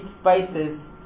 spices